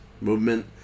movement